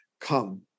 Come